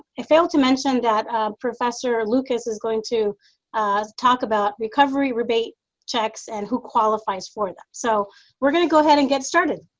i failed to mention that professor lucas is going to talk about recovery rebate checks and who qualifies for that. so we're going to go ahead and get started.